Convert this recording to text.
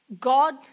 God